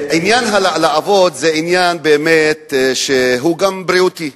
העניין של לעבוד הוא באמת גם עניין בריאותי.